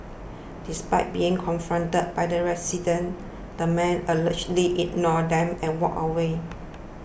despite being confronted by the residents the man allegedly ignored them and walked away